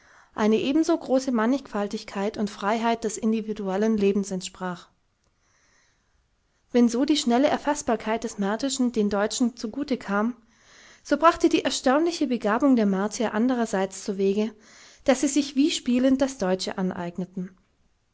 eine ebenso große mannigfaltigkeit und freiheit des individuellen lebens entsprach wenn so die schnelle erfaßbarkeit des martischen den deutschen zugute kam so brachte die erstaunliche begabung der martier andererseits zuwege daß sie sich wie spielend das deutsche aneigneten